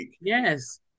Yes